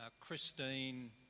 Christine